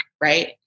right